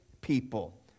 people